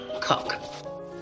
cook